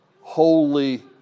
holy